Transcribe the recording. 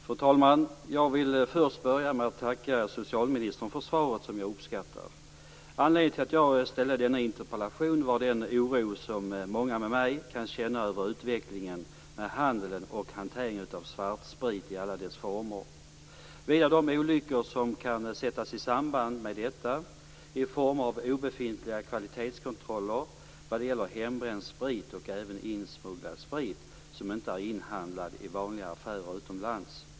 Fru talman! Jag vill börja med att tacka socialministern för svaret, som jag uppskattar. Anledningen till att jag ställde denna interpellation var den oro som många med mig kan känna över utvecklingen av handeln och hanteringen av svartsprit i alla dess former, och vidare de olyckor som kan sättas i samband med detta i form av obefintliga kvalitetskontroller vad gäller hembränd sprit och även insmugglad sprit som inte är inhandlad i vanliga affärer utomlands.